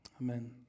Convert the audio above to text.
Amen